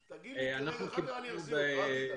עזוב הרצאה, אחר כך אני אחזיר אותך, אל תדאג,